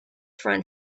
friend